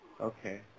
Okay